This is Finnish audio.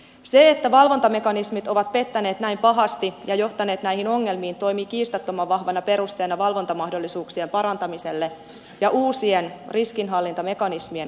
se että valvontamekanismit ovat pettäneet näin pahasti ja johtaneet näihin ongelmiin toimii kiistattoman vahvana perusteena valvontamahdollisuuksien parantamiselle ja uusien riskinhallintamekanismien käyttöönotolle